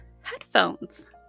headphones